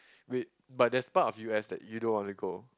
wait but there's part of U_S that you don't wanna go